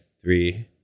three